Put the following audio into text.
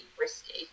risky